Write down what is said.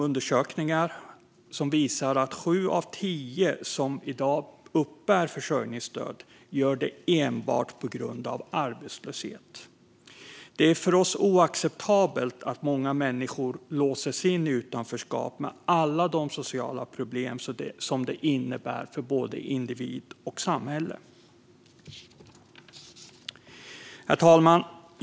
Undersökningar visar att sju av tio som i dag uppbär försörjningsstöd gör det enbart på grund av arbetslöshet. Det är för oss oacceptabelt att många människor låses in i utanförskap med alla de sociala problem som det innebär för både individ och samhälle. Herr talman!